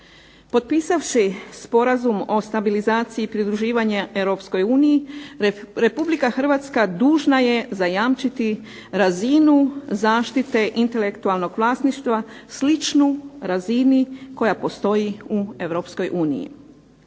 Potpisavši Sporazum o stabilizaciji i pridruživanju EU, RH dužna je zajamčiti razinu zaštite intelektualnog vlasništva sličnu razini koja postoji u EU.